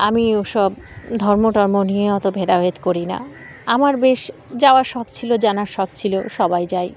আমি ওসব ধর্মটর্ম নিয়ে অত ভেদাভেদ করি না আমার বেশ যাওয়ার শখ ছিল জানার শখ ছিল সবাই যাই